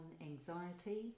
anxiety